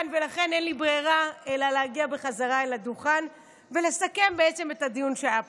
ולכן אין לי ברירה אלא להגיע בחזרה אל הדוכן ולסכם את הדיון שהיה פה.